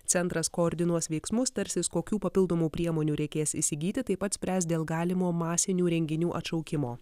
centras koordinuos veiksmus tarsis kokių papildomų priemonių reikės įsigyti taip pat spręs dėl galimo masinių renginių atšaukimo